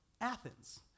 Athens